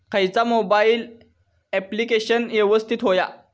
खयचा mobile application यवस्तित होया?